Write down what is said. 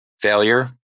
failure